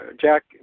Jack